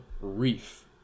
Reef